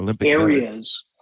areas